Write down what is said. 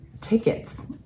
tickets